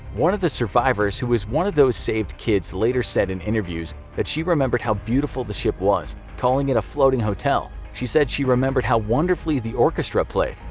one of the survivors who was one of those saved kids later said in interviews that she remembered how beautiful the ship was, calling it a floating hotel. she said she remembered how wonderfully the orchestra played.